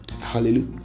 Hallelujah